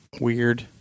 Weird